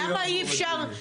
למה אי אפשר?